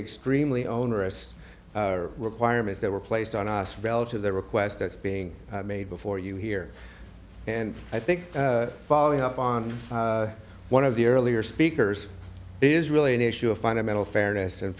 extremely onerous requirements that were placed on us relative the request that's being made before you here and i think following up on one of the earlier speakers is really an issue of fundamental fairness and